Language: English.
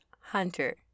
Hunter